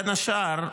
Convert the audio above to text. בין השאר,